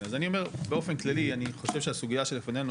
אז אני אומר באופן כללי אני חושב שהסוגיה שלפנינו